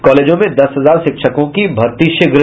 कॉलेजों में दस हजार शिक्षकों की भर्ती शीघ्र